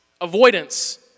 Avoidance